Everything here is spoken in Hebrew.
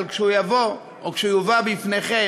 אבל כשהוא יבוא או כשהוא יובא בפניכם